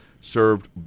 served